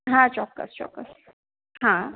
હા ચોક્કસ ચોક્કસ હા